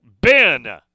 Ben